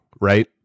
right